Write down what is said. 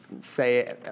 say